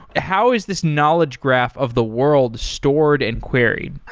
how is this knowledge graph of the world stored and queried?